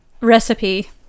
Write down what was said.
recipe